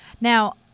Now